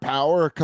Power